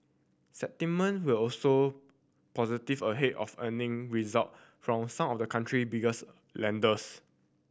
sentiment was also positive ahead of earning result from some of the country biggest lenders